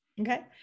Okay